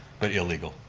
but illegal.